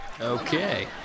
Okay